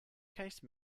case